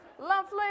lovely